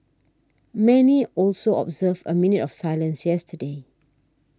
many also observed a minute of silence yesterday